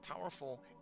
powerful